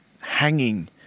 hanging